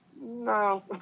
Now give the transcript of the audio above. no